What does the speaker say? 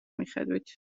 მიხედვით